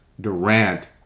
Durant